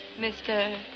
Mr